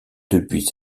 depuis